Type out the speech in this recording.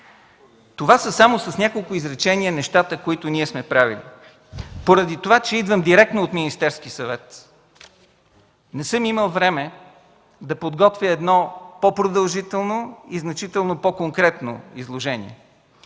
Това са само с няколко изречения нещата, които ние сме правили. Поради това че идвам директно от Министерския съвет, не съм имал време да подготвя по-продължително и значително по-конкретно изложение.